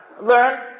learn